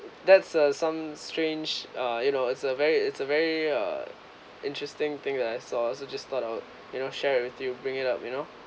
that's a some strange uh you know it's a very it's a very uh interesting thing lah is all just thought of you know share with you bring it up you know